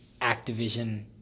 Activision